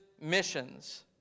missions